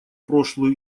прошлую